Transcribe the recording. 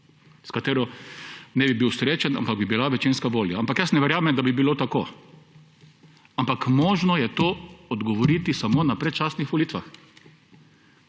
s katero ne bi bil srečen, ampak bi bila večinska volja. Ampak jaz ne verjamem, da bi bilo tako. Ampak možno je na to odgovoriti samo na predčasnih volitvah,